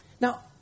Now